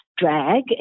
drag